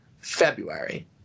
February